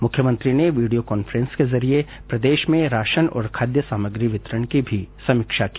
मुख्यमंत्री ने video conference के जरिए प्रदेश में राशन और खाद्य सामग्री वितरण की भी समीक्षा की